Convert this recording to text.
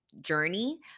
journey